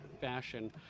fashion